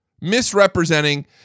misrepresenting